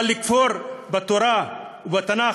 אבל לכפור בתורה ובתנ"ך,